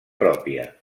pròpia